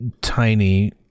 tiny